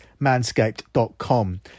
manscaped.com